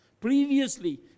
Previously